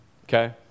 okay